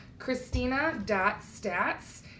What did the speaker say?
christina.stats